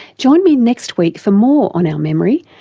join me next week for more on our memory,